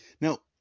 Now